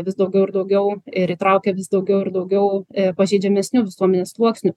vis daugiau ir daugiau ir įtraukia vis daugiau ir daugiau pažeidžiamesnių visuomenės sluoksnių